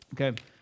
okay